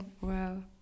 wow